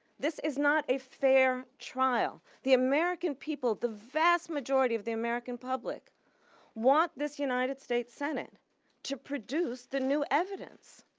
this is not a fair trial. the american people, the vast majority of the american public want this united states senate to produce the new evidence.